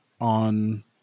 on